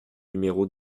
numéro